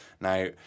Now